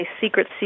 secret